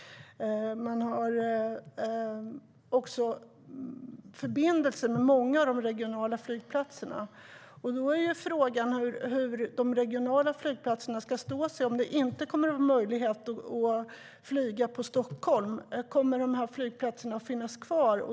Man har förbindelser med många av de regionala flygplatserna. Frågan är hur de regionala flygplatserna ska stå sig om det inte kommer att vara möjligt att flyga till Stockholm. Kommer de flygplatserna att finnas kvar?